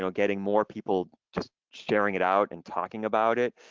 so getting more people just sharing it out and talking about it,